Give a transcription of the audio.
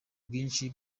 bwinshi